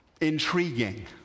intriguing